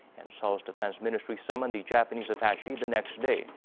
and seoul's defense ministry summoned the japanese attache the next day.